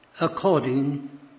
according